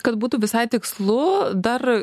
kad būtų visai tikslu dar